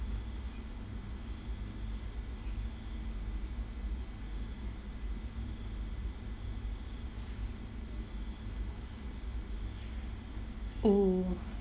oh